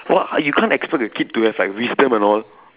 what you can't expect the kid to have like wisdom and all